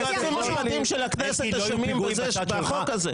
היועצים המשפטיים של הכנסת אשמים בחוק הזה.